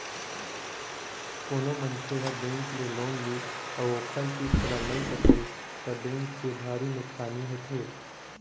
कोनो मनखे ह बेंक ले लोन लिस अउ ओखर किस्त ल नइ पटइस त बेंक के भारी नुकसानी होथे